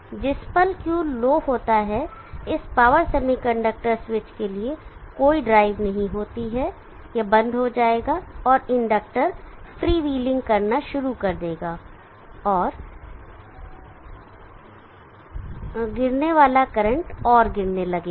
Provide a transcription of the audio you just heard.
जिस पल Q लो होता है इस पावर सेमीकंडक्टर स्विच के लिए कोई ड्राइव नहीं होती है यह बंद हो जाएगा और इंडक्टर फ्रीव्हीलिंग करना शुरू कर देगा और गिरने वाला करंट गिरने लगेगा